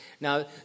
Now